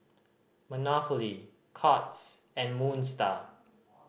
Monopoly Courts and Moon Star